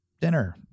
dinner